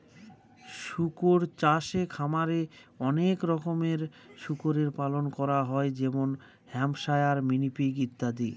শুকর চাষে খামারে অনেক রকমের শুকরের পালন করা হয় যেমন হ্যাম্পশায়ার, মিনি পিগ ইত্যাদি